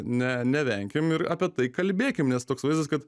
ne nevenkim ir apie tai kalbėkim nes toks vaizdas kad